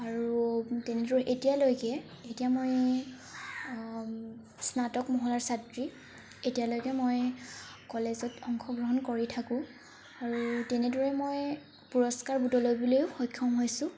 আৰু তেনেদৰে এতিয়ালৈকে এতিয়া মই স্নাতক মহলাৰ ছাত্ৰী এতিয়ালৈকে মই কলেজত অংশগ্ৰহণ কৰি থাকো আৰু তেনেদৰে মই পুৰষ্কাৰ বুটলিবলৈও সক্ষম হৈছো